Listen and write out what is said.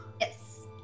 Yes